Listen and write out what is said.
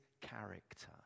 character